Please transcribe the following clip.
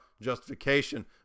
justification